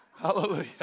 Hallelujah